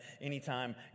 anytime